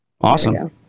Awesome